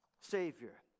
Savior